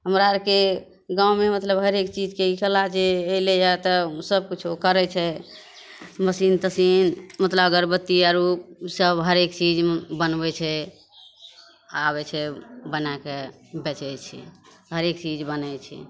हमरा आरके गाँवमे मतलब हरेक चीज के ई कला जे अयलइए तब सबकुछो करय छै मशीन तशीन मतलब अगरबत्ती आर उसब हरेक चीज बनबय छै आबय छै बनाके बेचय छै हरेक चीज बनय छै